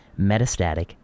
metastatic